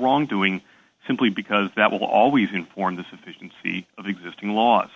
wrongdoing simply because that will always inform the sufficiency of existing laws